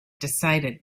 decided